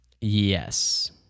Yes